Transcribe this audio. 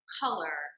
color